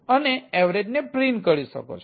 અને એવરેજ ને પ્રિન્ટ કરી શકો છો